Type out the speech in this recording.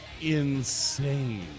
insane